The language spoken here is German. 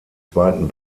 zweiten